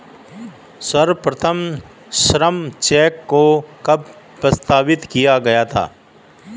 सर्वप्रथम श्रम चेक को कब प्रस्तावित किया गया था?